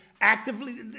actively